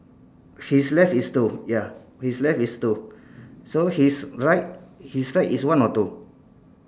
his left is two ya his left is two so his right his right is one or two